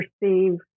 perceive